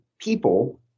people